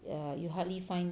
err you hardly find